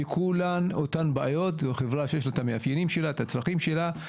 לכולן יש אותן בעיות והחברה שיש לה את המאפיינים שלה ואת הצרכים שלה.